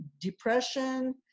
depression